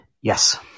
Yes